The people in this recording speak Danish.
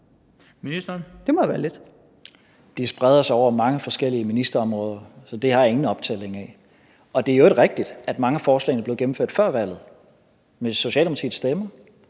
Tesfaye): De spreder sig over mange forskellige ministerområder, så det har jeg ingen optælling af. Og det er i øvrigt rigtigt, at mange af forslagene blev gennemført før valget med Socialdemokratiets stemmer.